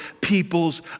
people's